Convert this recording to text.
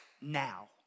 now